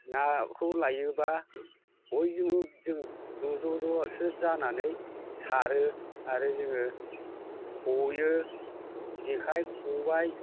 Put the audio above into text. नाखौ लायोब्ला बयजोंबो जों ज' ज' ज'सो जानानै सारो आरो जोङो हयो जेखाय खबाय